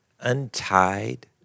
untied